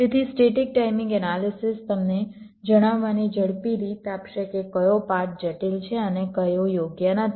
તેથી static timing analysis તમને જણાવવાની ઝડપી રીત આપશે કે કયો પાથ જટિલ છે અને કયો યોગ્ય નથી